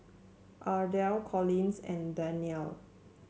Ardell Collins and Danyelle